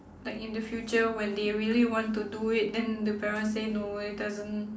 like in the future when they really want to do it then the parents say no it doesn't